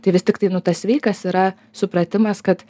tai vis tiktai nu tas sveikas yra supratimas kad